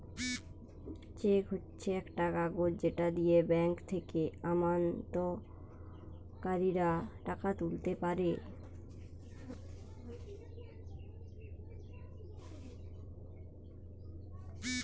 check হচ্ছে একটা কাগজ যেটা দিয়ে ব্যাংক থেকে আমানতকারীরা টাকা তুলতে পারে